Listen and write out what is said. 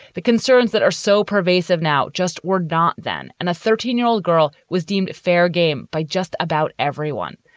the concerns that are so pervasive now just were not then. and a thirteen year old girl was deemed fair game by just about everyone,